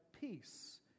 peace